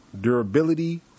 Durability